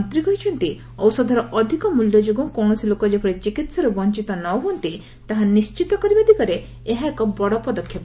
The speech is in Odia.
ମନ୍ତ୍ରୀ କହିଛନ୍ତି ଔଷଧର ଅଧିକ ମଲ୍ୟ ଯୋଗୁଁ କୌଣସି ଲୋକ ଯେଭଳି ଚିକିତ୍ସାରୁ ବଞ୍ଚିତ ନ ହୁଅନ୍ତି ତାହା ନିଶ୍ଚିତ କରିବା ଦିଗରେ ଏହା ଏକ ବଡ ପଦକ୍ଷେପ